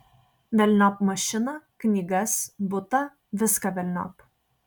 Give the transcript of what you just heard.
velniop mašiną knygas butą viską velniop